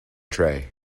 tray